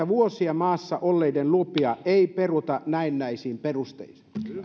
vuosia maassa olleiden lupia ei peruta näennäisin perustein